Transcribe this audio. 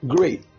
Great